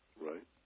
right